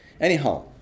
Anyhow